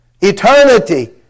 Eternity